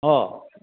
हो